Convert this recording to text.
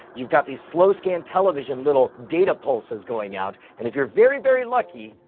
you've got these slow scan television, little data pulses going out, and if you're very, very lucky,